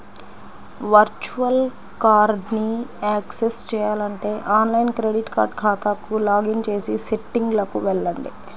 virtual కార్డ్ని access చేయాలంటే online credit card ఖాతాకు లాగిన్ చేసి సెట్టింగ్లకు వెళ్లండి